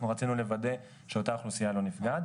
רצינו לוודא שאותה אוכלוסייה לא נפגעת.